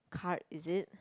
card is it